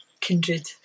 kindred